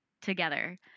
together